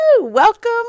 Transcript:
welcome